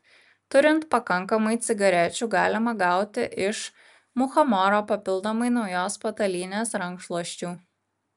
turint pakankamai cigarečių galima gauti iš muchamoro papildomai naujos patalynės rankšluosčių